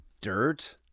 dirt